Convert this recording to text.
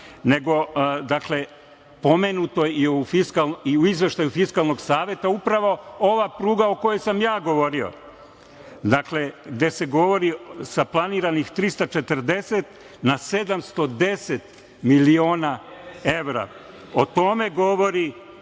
nego, dakle, pomenuto je i u izveštaju Fiskalnog saveta upravo ova pruga o kojoj sam ja govorio, dakle, gde se govori sa planiranih 340 na 710 miliona evra. O tome govori